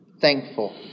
Thankful